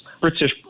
British